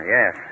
Yes